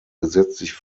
gesetzlich